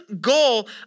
goal